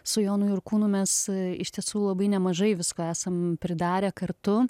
su jonu jurkūnu mes iš tiesų labai nemažai visko esam pridarę kartu